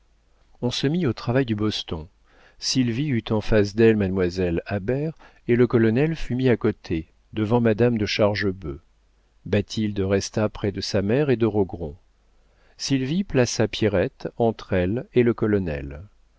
on se mit au travail du boston sylvie eut en face d'elle mademoiselle habert et le colonel fut mis à côté devant madame de chargebœuf bathilde resta près de sa mère et de rogron sylvie plaça pierrette entre elle et le colonel